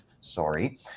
Sorry